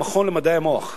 במכון למדעי המוח,